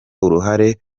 uruhare